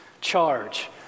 charge